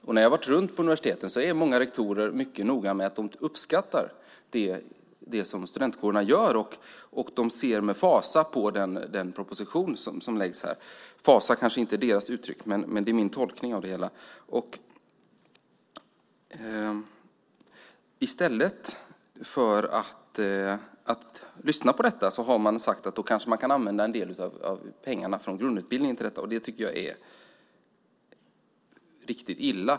När jag har varit runt på universiteten är många rektorer noga med att påpeka att de uppskattar det som studentkårerna gör. De ser med fasa på den proposition som läggs fram här. "Fasa" är kanske inte deras uttryck, men det är min tolkning av det hela. I stället för att lyssna på detta har man sagt att universiteten kanske kan använda en del av pengarna till grundutbildningen för detta. Det är riktigt illa.